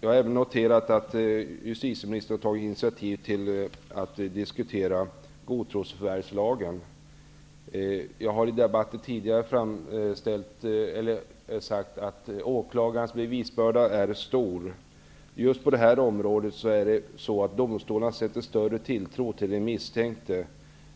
Jag har även noterat att justitieministern har tagit initiativ till att diskutera godtrosförvärvslagen. Jag har i tidigare debatter sagt att åklagarens bevisbörda är stor. Just på detta område sätter domstolarna större tilltro till den misstänkte